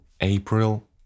April